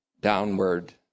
downward